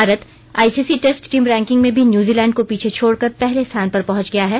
Bharat ICC test team ranking में भी New Zealand को पीछे छोड़कर पहले स्थान पर पहुंच गया है